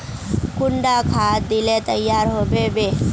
कुंडा खाद दिले तैयार होबे बे?